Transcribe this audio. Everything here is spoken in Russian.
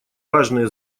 важные